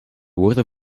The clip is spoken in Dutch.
woorden